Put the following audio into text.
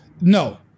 No